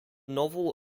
novel